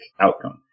outcome